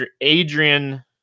Adrian